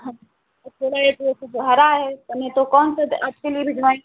हाँ और थोड़ा एक वो कुछ हरा है इस समय तो कौन सा आपके लिए भिजवाएँ